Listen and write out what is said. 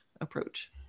approach